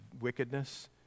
wickedness